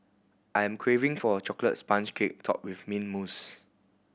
I'm craving for a chocolate sponge cake topped with mint mousse